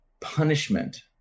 punishment